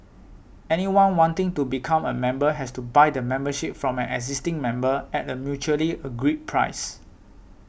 anyone wanting to become a member has to buy the membership from an existing member at a mutually agreed price